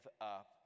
up